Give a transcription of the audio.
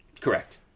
correct